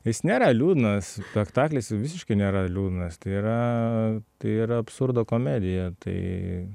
jis nėra liūdnas spektaklis visiškai nėra liūdnas tai yra tai yra absurdo komedija tai